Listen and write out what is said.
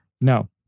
No